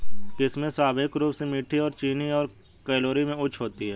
किशमिश स्वाभाविक रूप से मीठी और चीनी और कैलोरी में उच्च होती है